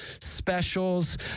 specials